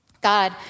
God